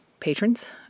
patrons